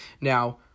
Now